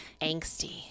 angsty